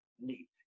need